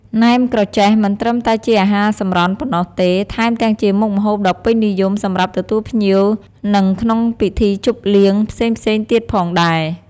ណែមក្រចេះ មិនត្រឹមតែជាអាហារសម្រន់ប៉ុណ្ណោះទេ ថែមទាំងជាមុខម្ហូបដ៏ពេញនិយមសម្រាប់ទទួលភ្ញៀវ និងក្នុងពិធីជប់លៀងផ្សេងៗទៀតផងដែរ។